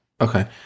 Okay